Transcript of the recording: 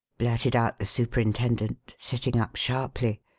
blurted out the superintendent, sitting up sharply.